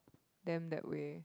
them that way